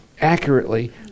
accurately